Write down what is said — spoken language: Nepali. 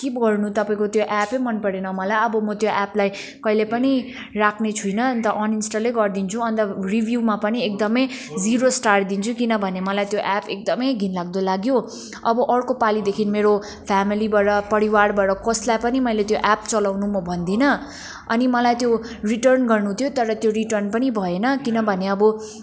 के बोल्नु तपाईँको त्यो एप्पै मन परेन मलाई अब मो त्यो एप्पलाई कहिले पनि राख्ने छुइनँ अन्त अनइन्सटलै गरिदिन्छु अन्त रिभ्युमा पनि एकदमै जिरो स्टार दिन्छु किनभने मलाई त्यो एप्प एकदमै घिनलाग्दो लाग्यो अब अर्को पालिदेखिन् मेरो फेमिलीबाट परिवारबाट कसलाई पनि मैले त्यो एप्प चलाउनु म भन्दिनँ अनि मलाई त्यो रिटर्न गर्नु थियो तर त्यो रिटर्न पनि भएन किनभने अब